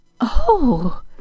Oh